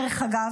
דרך אגב,